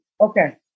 okay